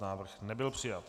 Návrh nebyl přijat.